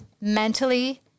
mentally